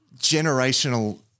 generational